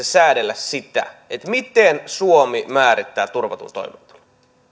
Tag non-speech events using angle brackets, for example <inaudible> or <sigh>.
<unintelligible> säädellä sitä miten suomi määrittää turvatun toimeentulon